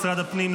משרד הפנים,